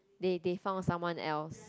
they they found someone else